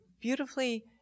beautifully